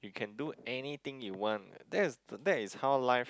you can do anything you want that's that is how life